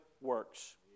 works